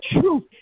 truth